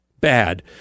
bad